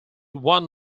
one